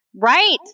Right